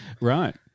right